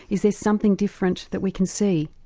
is there something different that we can see?